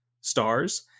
stars